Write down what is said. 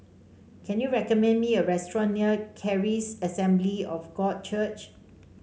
can you recommend me a restaurant near Charis Assembly of God Church